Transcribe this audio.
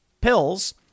pills